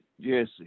Jesse